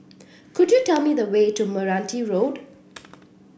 could you tell me the way to Meranti Road